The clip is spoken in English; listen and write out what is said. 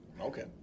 Okay